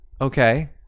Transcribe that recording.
okay